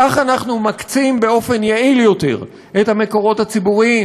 כך אנחנו מקצים באופן יעיל יותר את המקורות הציבוריים.